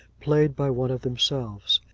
played by one of themselves.